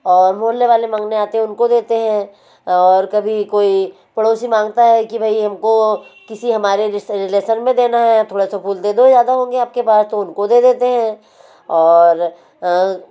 और मोहल्ले वाले मांगने आते हैं उनको देते हैं और कभी कोई पड़ोसी माँगता है कि भई हमको किसी हमारे रिलेसन में देना हैं थोड़ा सा फूल दे दो ज़्यादा होंगे आपके पास तो उनको दे देते हैं और